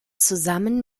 zusammen